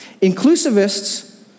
Inclusivists